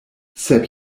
sep